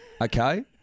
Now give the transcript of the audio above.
Okay